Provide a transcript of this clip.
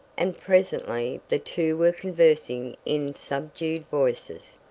and presently the two were conversing in subdued voices.